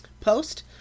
post